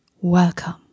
welcome